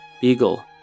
Beagle